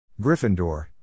Gryffindor